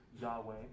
Yahweh